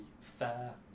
fair